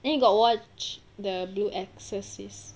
then you got watch the blue exorcist